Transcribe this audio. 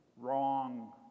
Wrong